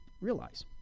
realize